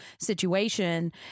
situation